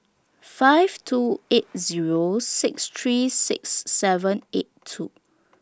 five two eight Zero six three six seven eight two